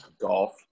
Golf